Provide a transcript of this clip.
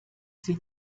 sie